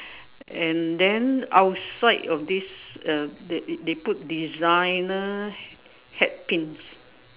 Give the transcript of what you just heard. and then outside of this uh they they put designer hat pins